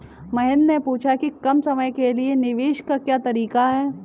महेन्द्र ने पूछा कि कम समय के लिए निवेश का क्या तरीका है?